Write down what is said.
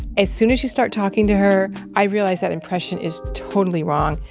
as soon as you start talking to her, i realized that impression is totally wrong.